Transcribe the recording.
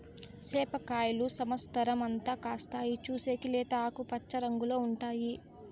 సేప కాయలు సమత్సరం అంతా కాస్తాయి, చూసేకి లేత ఆకుపచ్చ రంగులో ఉంటాయి